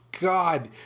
god